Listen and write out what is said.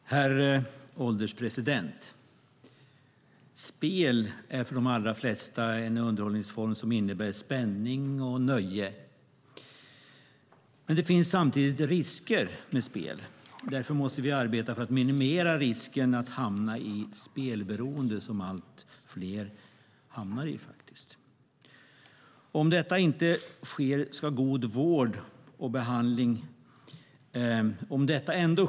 Herr ålderspresident! Spel är för de flesta en underhållningsform som innebär spänning och nöje. Men det finns samtidigt risker med spel. Därför måste vi arbeta för att minimera risken att hamna i spelberoende - som faktiskt allt fler hamnar i. Om detta ändå sker ska god vård och behandling ges efter behov.